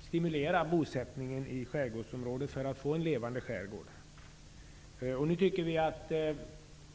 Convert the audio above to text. stimulera bosättningen i skärgårdsområdet, för att vi skall få en levande skärgård.